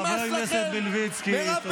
חבר הכנסת מלביצקי, תודה.